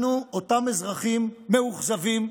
אנחנו, אותם אזרחים מאוכזבים,